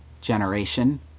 generation